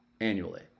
annually